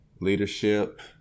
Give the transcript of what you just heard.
leadership